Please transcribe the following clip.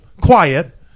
quiet